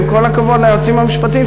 עם כל הכבוד ליועצים המשפטיים,